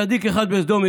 צדיק אחד בסדום,